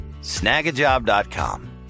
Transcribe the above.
Snagajob.com